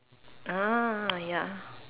ah ya